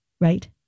right